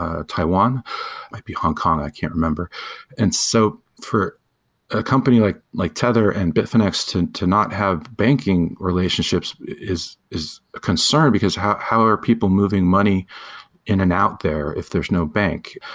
ah taiwan. it might be hong kong. i can't remember and so for a company like like tether and bitfinex to to not have banking relationships is is a concern, because how how are people moving money in and out there if there's no bank?